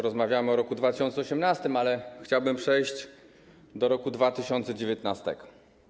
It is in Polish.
Rozmawiamy o roku 2018, ale chciałbym przejść do roku 2019.